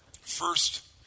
First